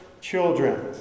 children